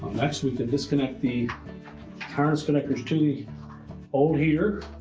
next, we can disconnect the harness connectors to the old heater.